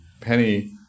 Penny